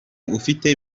ufite